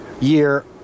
Year